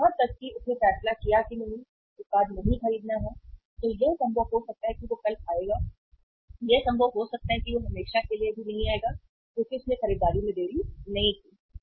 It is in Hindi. यहां तक कि उसने फैसला किया कि नहीं उत्पाद नहीं खरीदना है तो यह संभव हो सकता है कि वह कल आएगा यह संभव हो सकता है कि वह हमेशा के लिए भी नहीं आएगा क्योंकि उसने खरीदारी में देरी नहीं की है